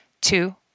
two